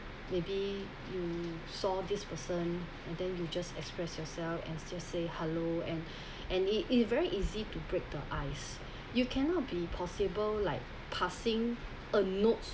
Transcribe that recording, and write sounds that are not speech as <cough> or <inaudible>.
maybe you saw this person and then you just express yourself and just say hello and <breath> and it is very easy to break the ice you cannot be possible like passing a note